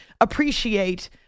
appreciate